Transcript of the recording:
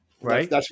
Right